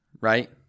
Right